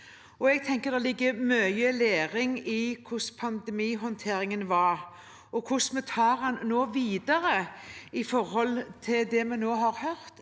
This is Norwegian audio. Jeg tenker det ligger mye læring i hvordan pandemihåndteringen var, og hvordan vi tar den videre etter det vi nå har hørt,